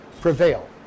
prevail